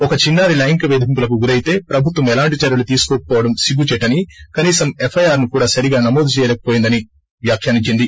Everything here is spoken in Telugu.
ఒక చిన్నా రి లైంగిక పేధింపులకు గురైతే ప్రభుత్వం ఎలాంటి చర్యలు తీసుకోకవోవడం సిగ్గుచేటని కనీసం ఎఫ్ఐఆర్ను కూడా సరిగా నమోదు చేయలేకపోయిందని వ్యాఖ్యనించింది